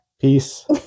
Peace